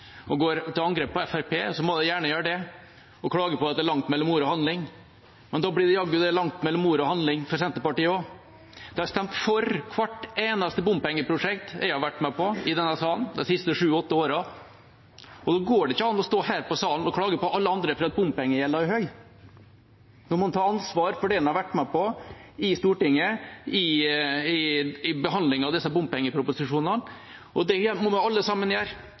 og går til angrep på Fremskrittspartiet og klager på at det er langt mellom ord og handling, må de gjerne gjøre det, men da er det jaggu også langt mellom ord og handling for Senterpartiet. De har stemt for hvert eneste bompengeprosjekt jeg har vært med på i denne salen de siste sju–åtte årene. Da går det ikke an å stå her i salen og klage på alle andre for at bompengegjelden er høy. Da må en ta ansvar for det en har vært med på i Stortinget i behandlingen av disse bompengeproposisjonene. Det må vi alle sammen gjøre.